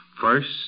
first